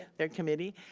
their committee,